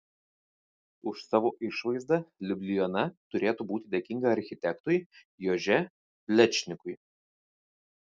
už savo išvaizdą liubliana turėtų būti dėkinga architektui jože plečnikui